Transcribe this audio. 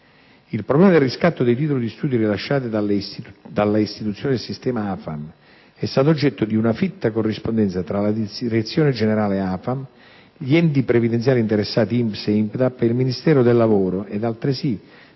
Il problema del riscatto dei titoli di studio rilasciati dalle istituzioni del sistema AFAM è stato oggetto di una fitta corrispondenza tra la direzione generale AFAM, gli enti previdenziali interessati (INPS ed INPDAP) e il Ministero del lavoro ed altresì